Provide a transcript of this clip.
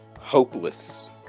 hopeless